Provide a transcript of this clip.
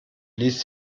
ließ